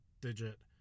digit